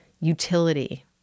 utility